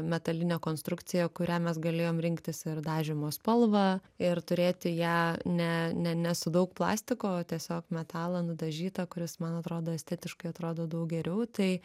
metalinė konstrukcija kurią mes galėjom rinktis ir dažymo spalvą ir turėti ją ne ne su daug plastiko o tiesiog metalą nudažytą kuris man atrodo estetiškai atrodo daug geriau tai